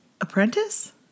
apprentice